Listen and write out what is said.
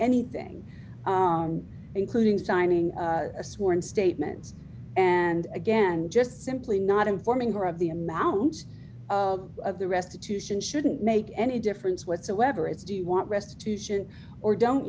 anything including signing a sworn statements and again just simply not informing her of the amount of the restitution shouldn't make a any difference whatsoever it's do you want restitution or don't